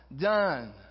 done